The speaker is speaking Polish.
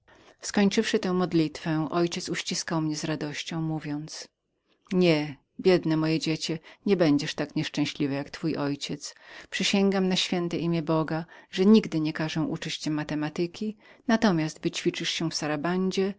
skończywszy tę modlitwę mój ojciec uściskał mnie z radością mówiąc nie biedne moje dziecię nie będziesz tak nieszczęśliwem jak twój ojciec poprzysiągłem na święte imię boga że nigdy nie każę uczyć cię matematyki ale natomiast wyćwiczysz się w